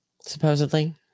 supposedly